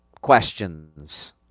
questions